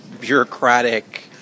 bureaucratic